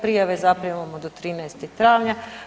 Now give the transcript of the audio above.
Prijave zaprimamo do 13. travnja.